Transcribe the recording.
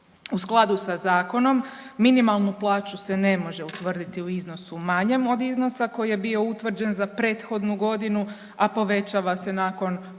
U skladu sa zakonom minimalnu plaću se ne može utvrditi u iznosu manjem od iznosa koji je bio utvrđen za prethodnu godinu, a povećava se nakon konzultacija